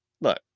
look